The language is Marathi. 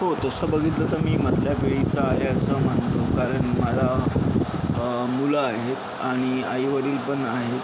हो तसं बघितलं तर मी मधल्या पिढीचा आहे असं मानतो कारण मला मुलं आहेत आणि आईवडील पण आहेत